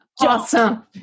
Awesome